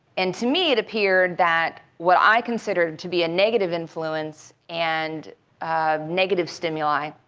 and to me, it appeared that what i considered to be a negative influence and negative stimuli,